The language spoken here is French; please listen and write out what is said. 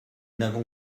n’avons